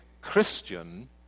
Christian